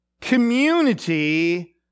community